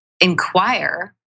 inquire